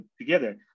together